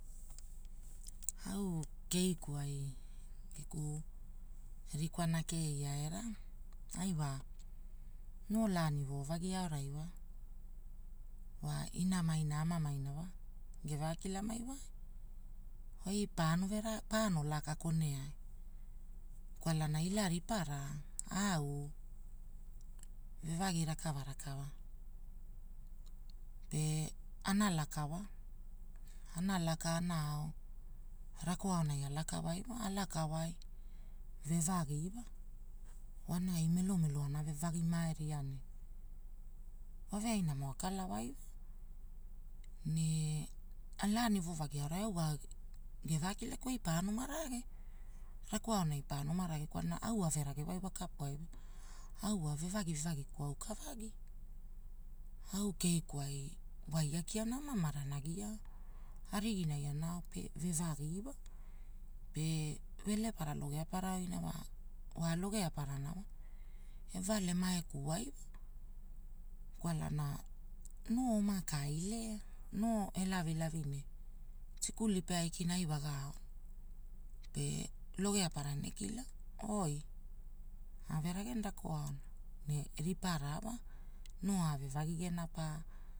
Au keiku ai geku rikwana kia era, ai wa, noo lani wovagi aora wa, wa ina maina, ama maina, ge vakilamaina wa, oi pano vera pano laka kune, kwalana ila ripara au. Vevagi rakava rakava. Pe ana laka wa, ana laka ana ao. rako aonai alakawai wa, alakawai vevagi wa. Wonai melomelo ana vevagi mae ria, woveainamo akalawai wa ne lani wovagi aonai wa au gevakilaku wai oi paoma rage. Rako aonai paonoma rage kwalana au ave rakawai wa kapu ai wa,. au wa vevagi vevagiku aukavagi. Au keikuai waia kianamo amavana giao, arigi nai ano ao pe vevagi. Pe velepara logea para oina wa, loge parana evale maeku wai wa, kwalana noo oma ka ai lea noo elavilavi ne tikuli pe aiki. ne ai waga, pe logea para ene kila oi, ave ragena rako, ne ripara wa, noo avevagi gena pa